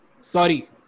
Sorry